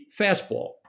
fastball